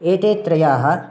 एते त्रयः